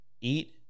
eat